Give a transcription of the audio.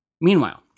Meanwhile